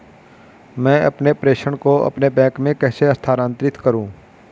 मैं अपने प्रेषण को अपने बैंक में कैसे स्थानांतरित करूँ?